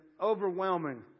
overwhelming